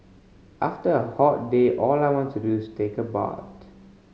after a hot day all I want to do is take a bath